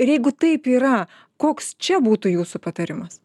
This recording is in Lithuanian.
ir jeigu taip yra koks čia būtų jūsų patarimas